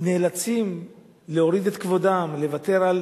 נאלצים להוריד את כבודם, לוותר על